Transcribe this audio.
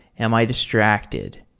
am i distracted,